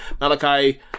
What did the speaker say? Malachi